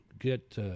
get